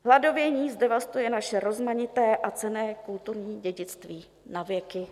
Hladovění zdevastuje naše rozmanité a cenné kulturní dědictví na věky.